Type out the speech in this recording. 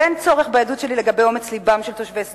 אין צורך בעדות שלי לגבי אומץ לבם של תושבי שדרות,